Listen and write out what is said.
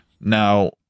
now